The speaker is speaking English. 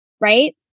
Right